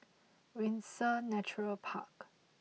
Windsor Nature Park